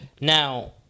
Now